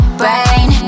brain